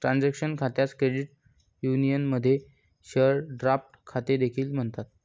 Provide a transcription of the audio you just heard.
transaction खात्यास credit युनियनमध्ये share draft खाते देखील म्हणतात